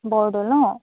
বৰদৌল ন